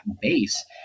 base